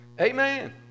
Amen